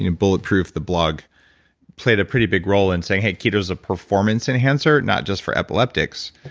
you know bulletproof the blog played a pretty big role in saying, hey. keto's a performance enhancer not just for epileptics.